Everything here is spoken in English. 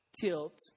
tilt